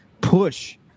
Push